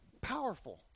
powerful